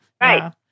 Right